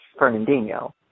Fernandinho